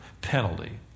penalty